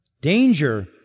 Danger